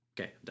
Okay